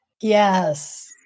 Yes